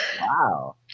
wow